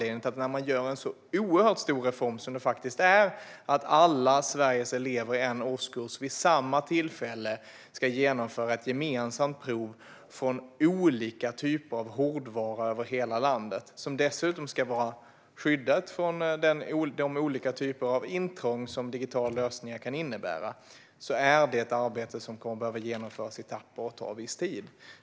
När vi gör denna stora reform där alla Sveriges elever i en årskurs vid samma tillfälle ska genomföra ett gemensamt prov från olika typer av hårdvara över hela landet, som dessutom ska vara skyddat från de olika typer av intrång som digitala lösningar kan innebära, behöver arbetet genomföras i etapper och ta viss tid.